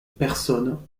personnes